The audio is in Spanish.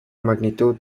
magnitud